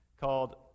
called